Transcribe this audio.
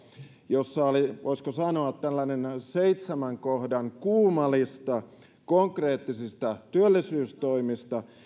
jossa oli voisiko sanoa tällainen seitsemän kohdan kuuma lista konkreettisista työllisyystoimista